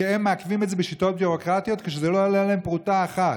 כי הם מעכבים את זה בשיטות ביורוקרטיות כשזה לא עולה להם פרוטה אחת,